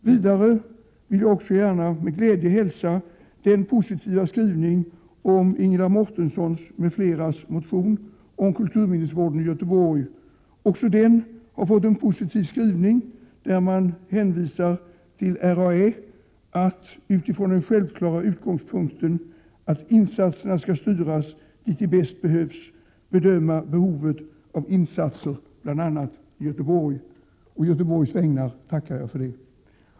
Vidare vill jag också gärna med glädje hälsa den positiva skrivningen om Ingela Mårtenssons m.fl. motion om kulturminnesvården i Göteborg. I denna skrivning sägs: ”Det bör ankomma på RAÄ attutifrån den självklara utgångspunkten att insatserna skall styras dit de bäst behövs — bedöma behovet av insatser i bl.a. Göteborg.” Å Göteborgs vägnar tackar jag för det.